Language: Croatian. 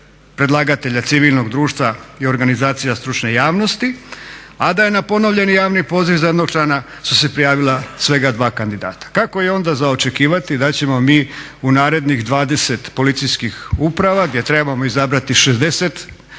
predlagatelja civilnog društva i organizacija stručne javnosti, a da je na ponovljeni javni poziv za jednog člana su se prijavila svega 2 kandidata. Kako je onda za očekivati da ćemo mi u narednih 20 policijskih uprava gdje trebamo izabrati 60 kandidata